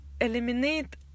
eliminate